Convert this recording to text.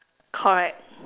correct